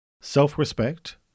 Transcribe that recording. Self-respect